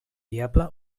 viable